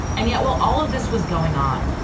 and yeah, well, all of this was going on.